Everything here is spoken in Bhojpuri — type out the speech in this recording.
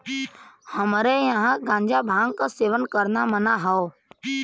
हमरे यहां गांजा भांग क सेवन करना मना हौ